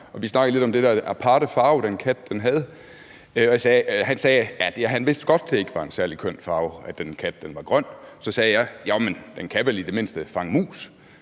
vi snakkede lidt om den der aparte farve, den kat havde. Han sagde, at han godt vidste, at det ikke var en særlig køn farve, at den kat var grøn. Så sagde jeg: Men den kan vel i det mindste fange mus?